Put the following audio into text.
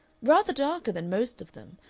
rather darker than most of them.